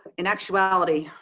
in actuality,